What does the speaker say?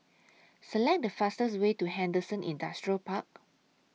Select The fastest Way to Henderson Industrial Park